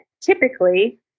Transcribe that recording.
typically